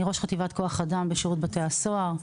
אני ראש חטיבת כוח אדם בשירות בתי הסוהר.